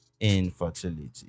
infertility